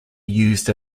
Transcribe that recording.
used